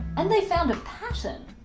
and they found a pattern.